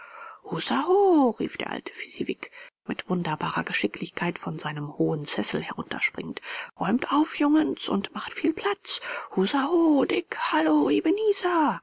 rief der alte fezziwig mit wunderbarer geschicklichkeit von seinem hohen sessel herunterspringend räumt auf jungens und macht viel platz hussaho dick hallo